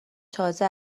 تازه